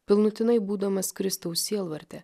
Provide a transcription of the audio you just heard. pilnutinai būdamas kristaus sielvarte